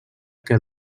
que